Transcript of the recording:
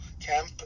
camp